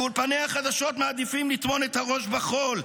באולפני חדשות מעדיפים לטמון את הראש בחול,